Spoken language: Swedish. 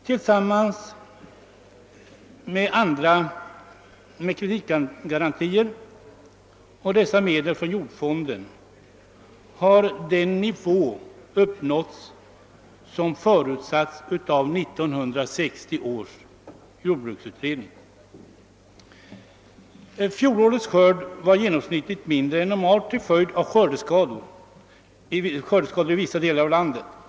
Tillsammans med kreditgarantier har dessa medel från jordfonden medgett att man uppnår den nivå som förutsatts av 1960 års jordbruksutredning. Fjolårets skörd var genomsnittligt mindre än normalt till följd av skördeskador i vissa delar av landet.